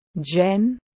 Jen